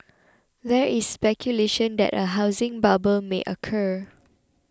there is speculation that a housing bubble may occur